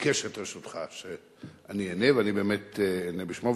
ביקש את רשותך שאני אענה, ואני באמת אענה בשמו.